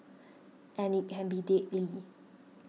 and it can be deadly